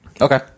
Okay